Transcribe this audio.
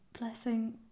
blessing